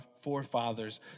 forefathers